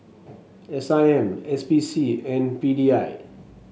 S I M S P C and P D I